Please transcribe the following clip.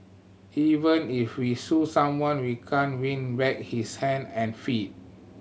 even if we sue someone we can't win back his hand and feet